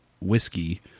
whiskey